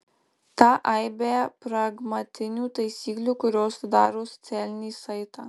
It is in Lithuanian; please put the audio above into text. tą aibę pragmatinių taisyklių kurios sudaro socialinį saitą